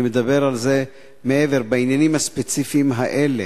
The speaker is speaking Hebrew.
אני מדבר על מעבר, בעניינים הספציפיים האלה.